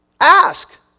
Ask